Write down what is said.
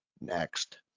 next